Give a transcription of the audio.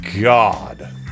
God